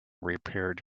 repaired